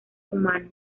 humano